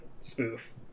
spoof